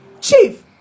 Chief